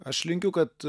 aš linkiu kad